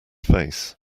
face